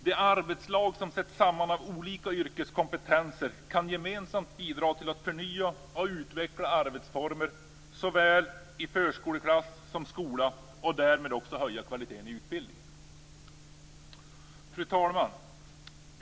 De arbetslag som sätts samman av olika yrkeskompetenser kan gemensamt bidra till att förnya och utveckla arbetsformer i såväl förskoleklass som skola och därmed också höja kvaliteten i utbildningen. Fru talman!